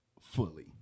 fully